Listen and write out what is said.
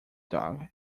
dog